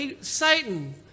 Satan